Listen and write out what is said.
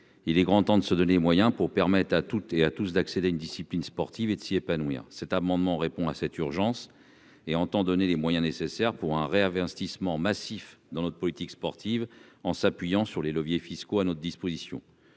il est grand temps de se donner des moyens pour permettre à toutes et à tous d'accéder à une discipline sportive et de s'y épanouir, cet amendement répond à cette urgence et entend donner les moyens nécessaires pour un réinvestissement massif dans notre politique sportive en s'appuyant sur les leviers fiscaux à notre disposition,